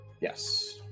Yes